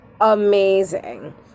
amazing